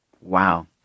Wow